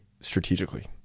strategically